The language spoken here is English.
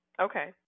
Okay